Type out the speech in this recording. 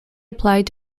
applied